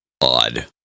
odd